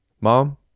Mom